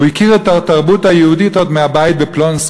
הוא הכיר את התרבות היהודית עוד מהבית בפלונסק.